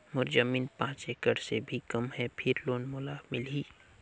मोर जमीन पांच एकड़ से भी कम है फिर लोन मोला मिलही?